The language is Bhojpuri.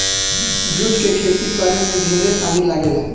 जुट के खेती करे में ढेरे पानी लागेला